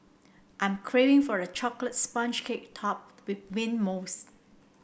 I am craving for a chocolate sponge cake topped with mint mousse